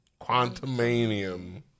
Quantumanium